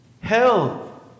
Hell